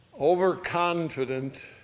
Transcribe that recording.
overconfident